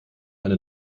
eine